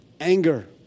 anger